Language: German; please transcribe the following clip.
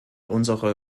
unsere